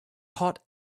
hot